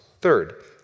Third